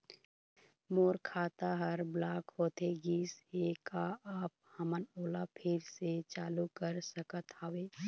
मोर खाता हर ब्लॉक होथे गिस हे, का आप हमन ओला फिर से चालू कर सकत हावे?